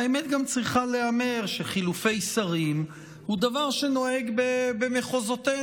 והאמת גם צריכה להיאמר: חילופי שרים זה דבר שנוהג במחוזותינו,